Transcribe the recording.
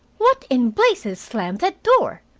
what in blazes slammed that door?